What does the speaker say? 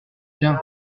tiens